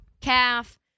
calf